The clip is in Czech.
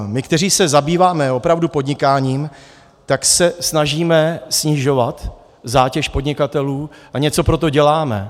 My, kteří se zabýváme opravdu podnikáním, tak se snažíme snižovat zátěž podnikatelů a něco pro to děláme.